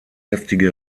heftige